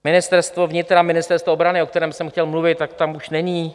Ministerstvo vnitra, Ministerstvo obrany, o kterém jsem chtěl mluvit, tak tam už není.